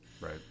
Right